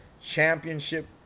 championship